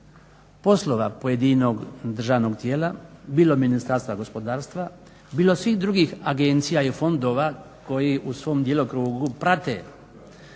poslova pojedinog državnog tijela bilo Ministarstva gospodarstva, bilo svih drugih agencija i fondova koji u svom djelokrugu prate